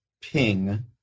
ping